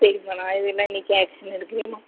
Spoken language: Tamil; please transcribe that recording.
சரிம்மா நான் இதெல்லாம் இன்னைக்கே ஆக்ஷன் எடுக்கிறேம்மா